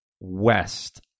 west